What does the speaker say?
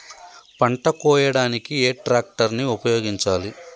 పంట కోయడానికి ఏ ట్రాక్టర్ ని ఉపయోగించాలి?